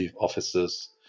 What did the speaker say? officers